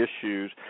issues